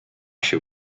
się